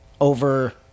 over